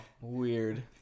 weird